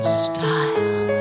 style